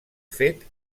fet